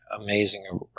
amazing